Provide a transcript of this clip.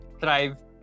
thrive